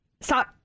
Stop